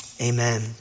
Amen